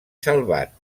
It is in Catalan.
salvat